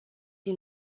din